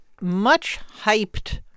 much-hyped